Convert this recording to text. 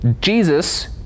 Jesus